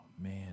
man